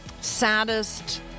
saddest